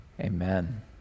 Amen